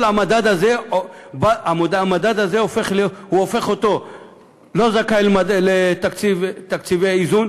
כל המדד הזה הופך אותו ללא זכאי לתקציבי איזון